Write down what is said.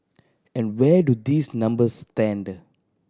and where do these numbers stand